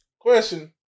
Question